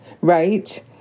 right